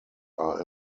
are